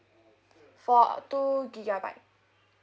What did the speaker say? for two gigabyte